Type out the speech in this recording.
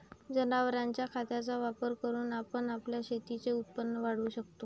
जनावरांच्या खताचा वापर करून आपण आपल्या शेतीचे उत्पन्न वाढवू शकतो